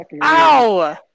Ow